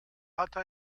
hatte